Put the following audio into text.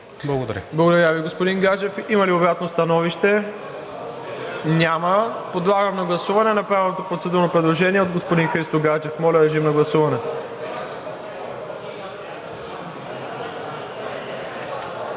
Благодаря Ви, господин Гаджев. Има ли обратно становище? Няма. Подлагам на гласуване направеното процедурно предложение от господин Христо Гаджев. Гласували